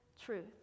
truth